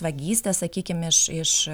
vagystes sakykim iš iš